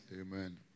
Amen